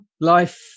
Life